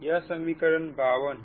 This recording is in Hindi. यह समीकरण 52 है